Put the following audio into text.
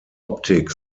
optik